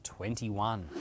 21